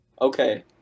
Okay